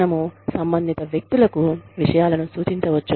మనము సంబంధిత వ్యక్తులకు విషయాలను సూచించవచ్చు